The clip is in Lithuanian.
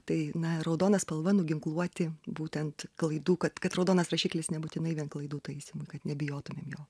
tai na raudona spalva nuginkluoti būtent klaidų kad kad raudonas rašiklis nebūtinai vien klaidų taisymui kad nebijotumėm jo